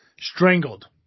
strangled